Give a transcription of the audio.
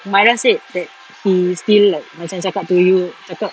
humairah said that he still like macam cakap to you cakap